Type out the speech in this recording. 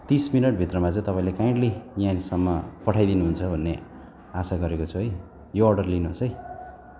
तिस मिनट भित्रमा चाहिँ तपाईँले काइन्डली यहाँसम्म पठाइ दिनुहुन्छ भन्ने आशा गरेको छु है यो अर्डर लिनुहोस् है